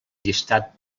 llistat